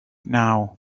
now